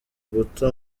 guta